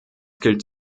gilt